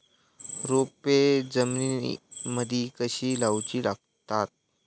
रोपे जमिनीमदि कधी लाऊची लागता?